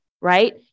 right